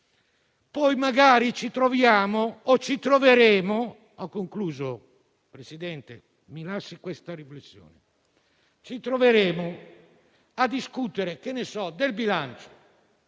Poi magari ci troveremo a discutere del bilancio